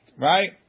Right